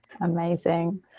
amazing